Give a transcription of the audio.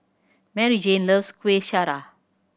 Maryjane loves Kueh Syara